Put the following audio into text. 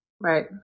Right